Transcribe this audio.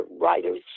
writers